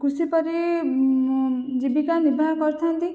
କୃଷି ପରି ଜୀବିକା ନିର୍ବାହ କରିଥାନ୍ତି